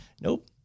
Nope